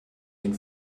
den